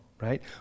right